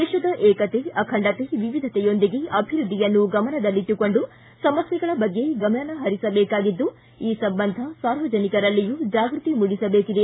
ದೇಶದ ಏಕತೆ ಅಖಂಡತೆ ವಿವಿಧತೆಯೊಂದಿಗೆ ಅಭಿವೃದ್ದಿಯನ್ನು ಗಮನದಲ್ಲಿಟ್ಟುಕೊಂಡು ಸಮಸ್ಯೆಗಳ ಬಗ್ಗೆ ಗಮನಹರಿಸಬೇಕಾಗಿದ್ದು ಈ ಸಂಬಂಧ ಸಾರ್ವಜನಿಕರಲ್ಲಿಯೂ ಜಾಗೃತಿ ಮೂಡಿಸಬೇಕಿದೆ